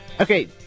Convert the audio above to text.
Okay